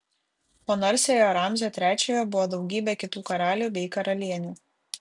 po narsiojo ramzio trečiojo buvo daugybė kitų karalių bei karalienių